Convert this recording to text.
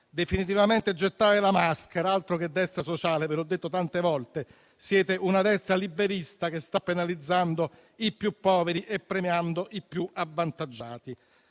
definitivamente gettare la maschera. Altro che destra sociale; come vi ho detto tante volte, siete una destra liberista che sta penalizzando i più poveri e premiando i più avvantaggiati.